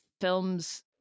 films